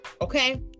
okay